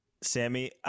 Sammy